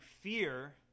fear